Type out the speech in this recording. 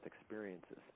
experiences